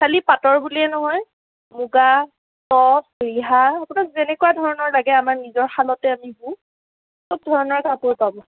খালি পাটৰ বুলিয়েই নহয় মুগা টছ ৰিহা আপোনাক যেনেকুৱা ধৰণৰ লাগে আমাৰ নিজৰ শালতে আমি বওঁ বহুত ধৰণৰ কাপোৰ পাব